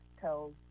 tells